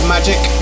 Magic